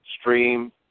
stream